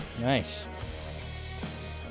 Nice